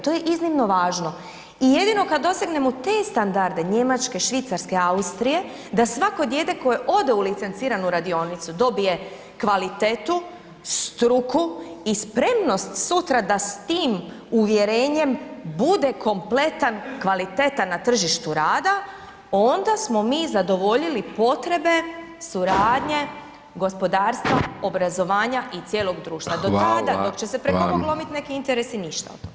To je iznimno važno i jedino kad dosegnemo te standarde, Njemačke, Švicarske, Austrije, da svako dijete koje ode u licenciranu radionicu dobije kvalitetu, struku i spremnost sutra da s tim uvjerenjem bude kompletan, kvalitetan na tržištu rada, onda smo mi zadovoljili potrebe suradnje gospodarstva, obrazovanja i cijelog društva [[Upadica: Hvala vam.]] Do tada, dok će se ... neki interesi ništa od toga.